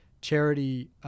charity –